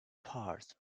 part